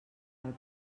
del